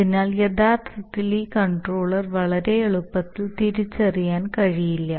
അതിനാൽ യഥാർത്ഥത്തിൽ ഈ കൺട്രോളർ വളരെ എളുപ്പത്തിൽ തിരിച്ചറിയാൻ കഴിയില്ല